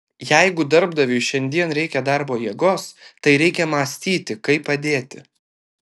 jeigu darbdaviui šiandien reikia darbo jėgos tai reikia mąstyti kaip padėti